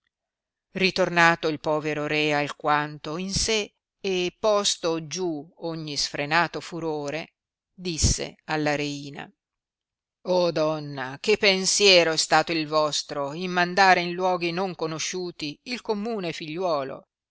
ritornato il povero re alquanto in sé e posto giù ogni sfrenato furore disse alla reina donna che pensiero è stato il vostro in mandare in luoghi non conosciuti il commune figliuolo